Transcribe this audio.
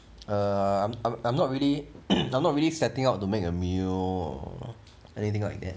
I'm I'm I'm not really not not really setting out to make a meal or anything like that